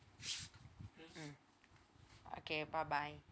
mm okay bye bye